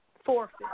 Forfeit